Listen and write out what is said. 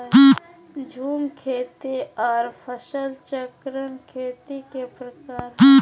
झूम खेती आर फसल चक्रण खेती के प्रकार हय